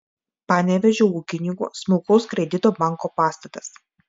panevėžio ūkininkų smulkaus kredito banko pastatas